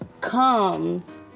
comes